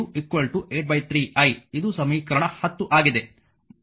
ಈಗ ನಾವು 6 ಮತ್ತು 10 ಸಮೀಕರಣವನ್ನು ಪರಿಹರಿಸುತ್ತೇವೆ